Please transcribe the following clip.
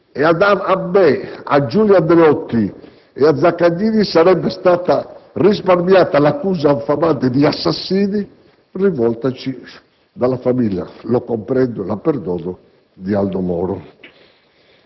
a me, Giulio Andreotti e Zaccagnini sarebbe stata risparmiata l'accusa infamante di «assassini», rivoltaci dalla famiglia - lo comprendo e la perdono - di Aldo Moro.